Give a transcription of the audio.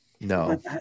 No